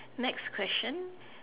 next question